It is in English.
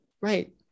Right